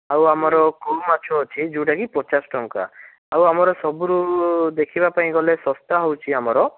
ଆଉ ଆମର କଉ ମାଛ ଅଛି ଯେଉଁଟାକି ପଚାଶ ଟଙ୍କା ଆଉ ଆମର ସବୁରୁ ଦେଖିବା ପାଇଁ ଗଲେ ଶସ୍ତା ହେଉଛି ଆମର